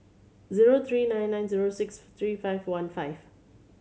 zero three nine nine zero six three five one five